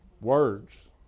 words